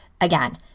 again